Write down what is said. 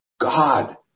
God